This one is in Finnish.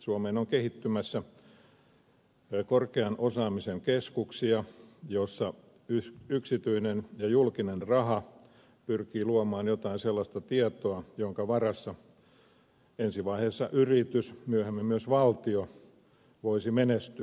suomeen on kehittymässä korkean osaamisen keskuksia joissa yksityinen ja julkinen raha pyrkivät luomaan jotain sellaista tietoa jonka varassa ensi vaiheessa yritys myöhemmin myös valtio voisi menestyä